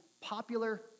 popular